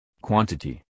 Quantity